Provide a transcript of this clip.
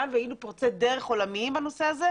והיינו פורצי דרך עולמיים בנושא הזה.